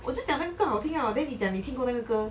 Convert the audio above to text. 我就讲那个歌好听 ah then 你讲你听过那个歌